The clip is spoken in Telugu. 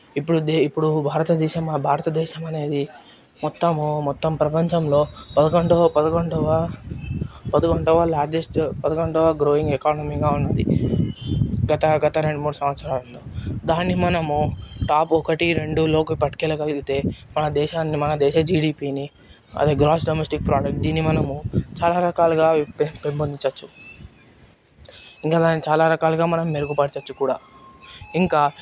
ఇప్పుడు దే ఇప్పుడు భారతదేశం మా భారతదేశం అనేది మొత్తము మొత్తం ప్రపంచంలో పదకొండవ పదకొండవ పదకొండవ లార్జెస్ట్ పదకొండవ గ్రోయింగ్ ఎకానమీగా ఉంది గత గత రెండు మూడు సంవత్సరాల్లో దాన్ని మనము టాప్ ఒకటి రెండులోకి పట్టుకెళ్లగలిగితే మన దేశాన్ని మన దేశ జీడీపీని అది గ్రాస్ డొమెస్టిక్ ప్రోడక్ట్ దీన్ని మనం చాలా రకాలుగా పెంపొందించవచ్చు ఇంకా దాన్ని చాలా రకాలుగా మనం మెరుగుపరచవచ్చు కూడా ఇంకా